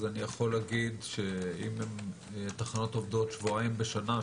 אז אני יכול להגיד שאם תחנות עובדות שבועיים בשנה,